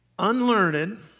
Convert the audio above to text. Unlearned